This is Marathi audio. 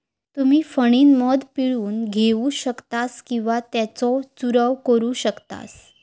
तुम्ही फणीनं मध पिळून घेऊ शकतास किंवा त्येचो चूरव करू शकतास